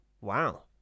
Wow